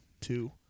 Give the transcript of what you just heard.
two